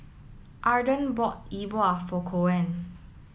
Arden bought Yi Bua for Koen